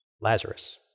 Lazarus